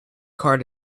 car